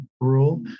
rule